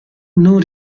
non